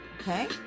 okay